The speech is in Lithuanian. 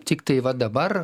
tiktai va dabar